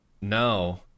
no